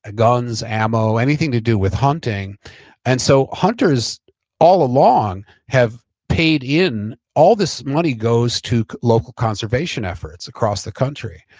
ah guns, ammo, anything to do with hunting and so hunter all along have paid in, all this money goes to local conservation efforts across the country.